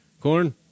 corn